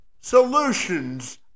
solutions